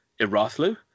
Irathlu